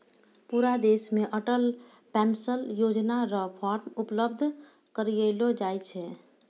पूरा देश मे अटल पेंशन योजना र फॉर्म उपलब्ध करयलो जाय छै